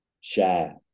share